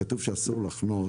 כתוב שאסור לחנות.